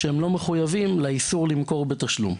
שהן לא מחויבות לאיסור למכור בתשלום.